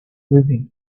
living